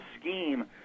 scheme